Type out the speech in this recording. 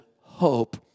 hope